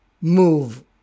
move